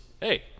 hey